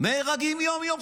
נהרגים יום-יום חיילים,